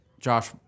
josh